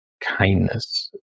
kindness